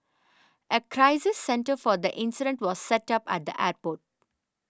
a crisis centre for the incident was set up at the airport